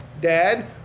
dad